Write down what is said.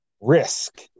risk